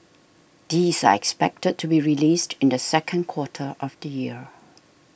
these are expected to be released in the second quarter of the year